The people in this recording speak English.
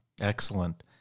Excellent